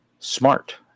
Smart